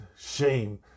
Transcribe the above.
shame